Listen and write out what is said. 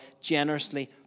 generously